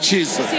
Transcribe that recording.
Jesus